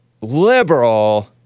liberal